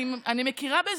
אני מכירה בזה,